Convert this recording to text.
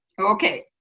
Okay